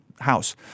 house